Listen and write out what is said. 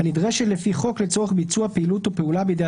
הנדרשת לפי חוק לצורך ביצוע פעילות או פעולה בידי